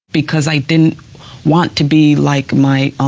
because i didn't want to be like my